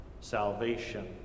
Salvation